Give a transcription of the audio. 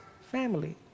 family